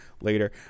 later